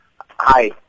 Hi